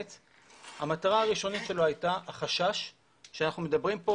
שמטרתו הראשונית הייתה החשש שאנחנו מדברים פה,